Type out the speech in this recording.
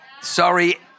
sorry